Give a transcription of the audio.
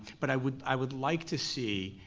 but i would i would like to see,